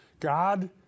God